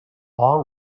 all